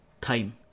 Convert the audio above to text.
time